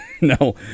No